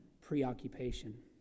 preoccupation